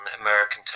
American